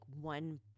one